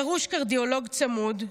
דרוש קרדיולוג צמוד,